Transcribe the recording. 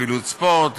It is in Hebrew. פעילות ספורט,